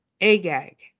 Agag